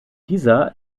dieser